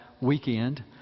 weekend